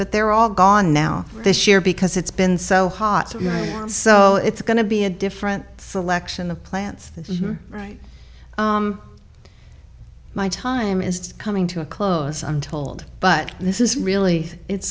but they're all gone now this year because it's been so hot so it's going to be a different selection the plants right my time is coming to a close i'm told but this is really it's